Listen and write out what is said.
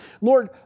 Lord